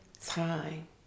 time